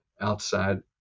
outside